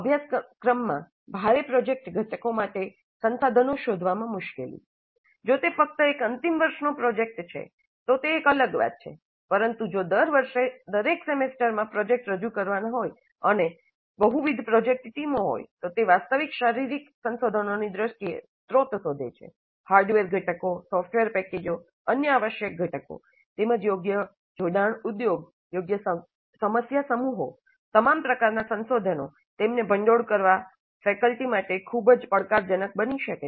અભ્યાસક્રમમાં ભારે પ્રોજેક્ટ ઘટકો માટે સંસાધનો શોધવામાં મુશ્કેલી જો તે ફક્ત એક અંતિમ વર્ષનો પ્રોજેક્ટ છે તો તે એક અલગ વાત છે પરંતુ જો દર વર્ષે દરેક સેમેસ્ટર પ્રોજેક્ટ રજૂ કરવાની જરૂર હોય અને બહુવિધ પ્રોજેક્ટ ટીમો હોય તો તે વાસ્તવિક શારીરિક સંસાધનોની દ્રષ્ટિએ સ્રોત શોધે છે હાર્ડવેર ઘટકો સોફ્ટવેર પેકેજો અન્ય આવશ્યક ઘટકો તેમજ યોગ્ય જોડાણ ઉદ્યોગ યોગ્ય સમસ્યા સમૂહો તમામ પ્રકારના સંસાધનો તેમને ભંડોળ કરવા ફેકલ્ટી માટે ખૂબ જ પડકારજનક બની શકે છે